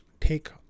take